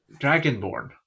dragonborn